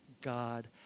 God